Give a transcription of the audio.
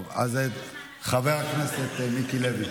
טוב, אז חבר הכנסת מיקי לוי.